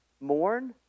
mourn